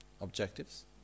objectives